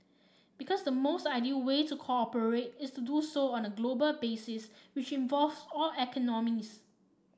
because the most ideal way to cooperate is to do so on a global basis which involves all economies